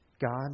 God